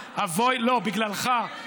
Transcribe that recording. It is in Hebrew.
בגללך.